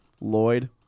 Lloyd